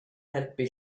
helpu